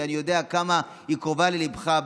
שאני יודע כמה היא קרובה לליבך.